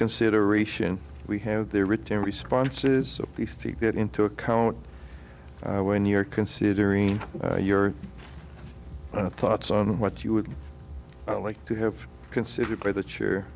consideration we have their written responses please take that into account when you're considering your thoughts on what you would like to have considered that you